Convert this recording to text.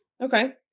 Okay